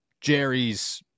Jerry's